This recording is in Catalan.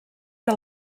que